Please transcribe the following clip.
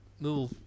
Little